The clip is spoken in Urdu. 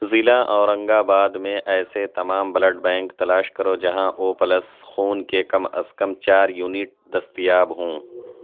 ضلع اورنگ آباد میں ایسے تمام بلڈ بینک تلاش کرو جہاں او پلس خون کے کم از کم چار یونٹ دستیاب ہوں